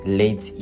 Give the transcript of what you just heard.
late